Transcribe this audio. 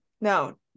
no